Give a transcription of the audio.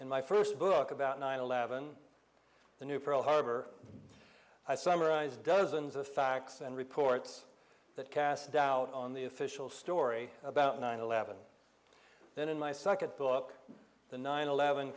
in my first book about nine eleven the new pearl harbor i summarize dozens of facts and reports that cast doubt on the official story about nine eleven then in my second book the nine eleven